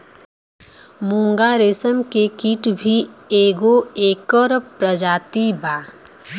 मूंगा रेशम के कीट भी एगो एकर प्रजाति बा